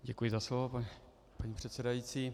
Děkuji za slovo, paní předsedající.